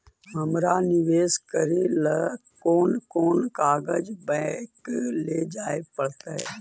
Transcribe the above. हमरा निवेश करे ल कोन कोन कागज बैक लेजाइ पड़तै?